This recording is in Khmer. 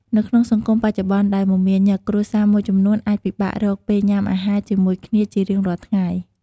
នៅក្នុងសង្គមបច្ចុប្បន្នដែលមមាញឹក គ្រួសារមួយចំនួនអាចពិបាករកពេលញ៉ាំអាហារជាមួយគ្នាជារៀងរាល់ថ្ងៃ។